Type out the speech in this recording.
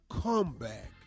comeback